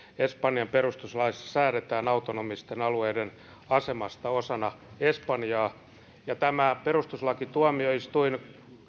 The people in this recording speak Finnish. espanjan perustuslaissa säädetään autonomisten alueiden asemasta osana espanjaa tämä perustuslakituomioistuin